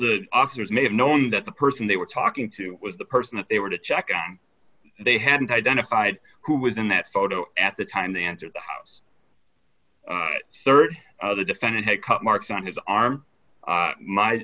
the officers may have known that the person they were talking to was the person that they were to check and they hadn't identified who was in that photo at the time the answer the rd the defendant had cut marks on his arm